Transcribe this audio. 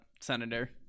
senator